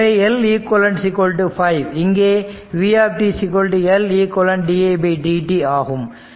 எனவே L eq 5 இங்கே v Leq didt